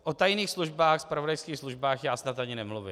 O tajných službách, zpravodajských službách já snad ani nemluvím.